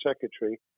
secretary